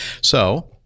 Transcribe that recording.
So-